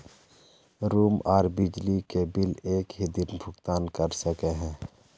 Room आर बिजली के बिल एक हि दिन भुगतान कर सके है?